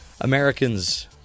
Americans